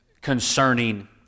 concerning